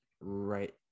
right